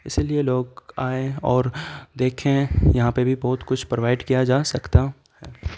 اسی لیے لوگ آئیں اور دیکھیں یہاں پہ بھی بہت کچھ پروائڈ کیا جا سکتا ہے